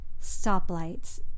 stoplights